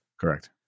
Correct